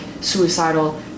suicidal